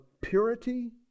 purity